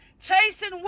chasing